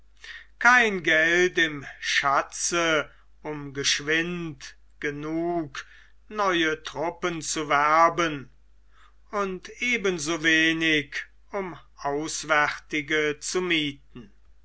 kein geld im schatze um geschwind genug neue truppen zu werben und eben so wenig um auswärtige zu mieten